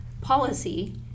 policy